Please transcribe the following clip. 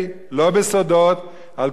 על כל תוכניות התקיפה באירן.